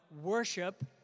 worship